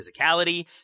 physicality